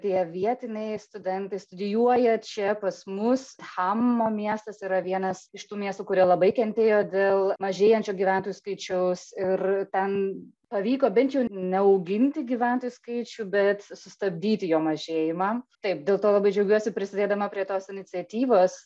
tie vietiniai studentai studijuoja čia pas mus hammo miestas yra vienas iš tų miestų kurie labai kentėjo dėl mažėjančio gyventojų skaičiaus ir ten pavyko bent jau ne auginti gyventojų skaičių bet sustabdyti jo mažėjimą taip dėl to labai džiaugiuosi prisidėdama prie tos iniciatyvos